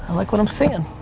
like what i'm seeing,